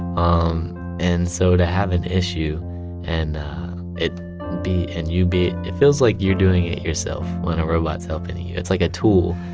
um and so to have an issue and it be and you be it feels like you're doing it yourself when a robot's helping you. it's like a tool.